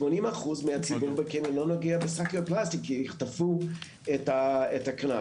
80% מהציבור שם לא נוגע בשקיות פלסטיק כי יחטפו את הקנס